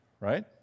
right